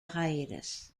hiatus